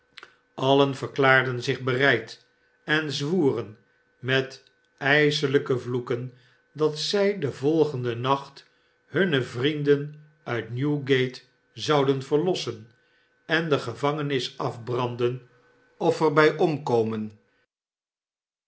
meeallen verklaarden zich bereid en zwoeren met ijselijke vloeken dat zij den volgenden nacht hunne vrienden uit newgate zouden verlossen en de gevangenis afbranden of er bij omkomen